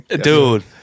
dude